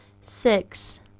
Six